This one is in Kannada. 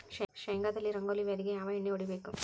ಶೇಂಗಾದಲ್ಲಿ ರಂಗೋಲಿ ವ್ಯಾಧಿಗೆ ಯಾವ ಎಣ್ಣಿ ಹೊಡಿಬೇಕು?